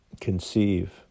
conceive